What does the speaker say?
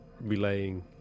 relaying